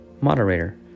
Moderator